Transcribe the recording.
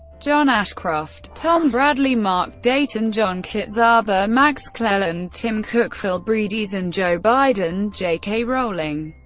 john ashcroft, tom bradley, mark dayton, john kitzhaber, max cleland, tim cook, phil bredesen, joe biden, j. k. rowling,